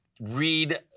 read